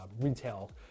retail